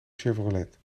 chevrolet